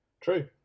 true